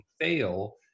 fail